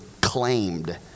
claimed